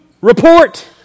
report